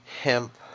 hemp